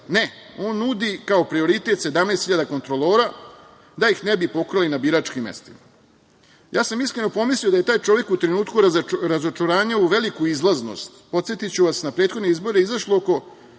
Ne, on nudi, kao prioritet, 17 hiljada kontrolora da ih ne bi pokrali na biračkim mestima. Ja sam iskreno pomislio da je taj čovek u trenutku razočaranja u veliku izlaznost, podsetiću vas na prethodne izbore je izašlo oko